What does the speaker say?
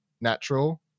natural